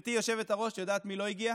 גברתי היושבת-ראש, את יודעת מי לא הגיע?